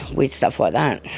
weird stuff like that.